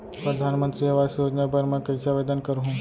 परधानमंतरी आवास योजना बर मैं कइसे आवेदन करहूँ?